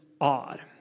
odd